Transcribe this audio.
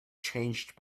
changed